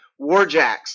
warjacks